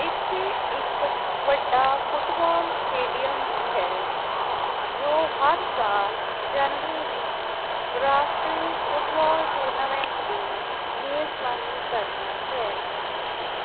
ਇੱਥੇ ਇੱਕ ਵੱਡਾ ਫੁੱਟਬਾਲ ਸਟੇਡੀਅਮ ਵੀ ਹੈ ਜੋ ਹਰ ਸਾਲ ਜਨਵਰੀ ਵਿੱਚ ਰਾਸ਼ਟਰੀ ਫੁੱਟਬਾਲ ਟੂਰਨਾਮੈਂਟ ਦੀ ਮੇਜ਼ਬਾਨੀ ਕਰਦਾ ਹੈ